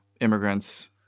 immigrants